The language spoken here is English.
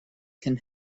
can